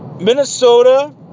Minnesota